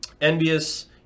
Envious